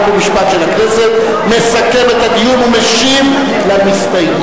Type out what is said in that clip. חוק ומשפט של הכנסת מסכם את הדיון ומשיב למסתייגים.